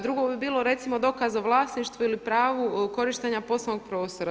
Drugo bi bilo recimo dokaz o vlasništvu ili pravu korištenja poslovnoga prostora.